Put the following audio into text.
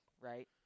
right